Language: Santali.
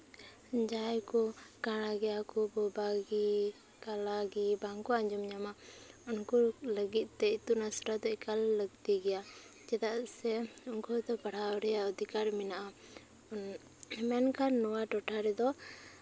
ᱡᱟᱦᱟᱸᱭ ᱠᱚ ᱠᱟᱬᱟ ᱜᱮᱭᱟᱠᱚ ᱵᱳᱵᱟᱜᱮ ᱠᱟᱞᱟᱜᱮ ᱵᱟᱝᱠᱚ ᱟᱸᱡᱚᱢ ᱧᱟᱢᱟ ᱩᱱᱠᱩ ᱞᱟᱹᱜᱤᱫ ᱛᱮ ᱤᱛᱩᱱ ᱟᱥᱲᱟ ᱫᱚ ᱮᱠᱟᱞ ᱞᱟᱹᱠᱛᱤ ᱜᱮᱭᱟ ᱪᱮᱫᱟᱜ ᱥᱮ ᱩᱱᱠᱩ ᱦᱚᱸᱛᱚ ᱯᱟᱲᱦᱟᱣ ᱨᱮᱭᱟᱜ ᱚᱫᱷᱤᱠᱟᱨ ᱢᱮᱱᱟᱜᱼᱟ ᱢᱮᱱᱠᱷᱟᱱ ᱱᱚᱣᱟ ᱴᱚᱴᱷᱟ ᱨᱮᱫᱚ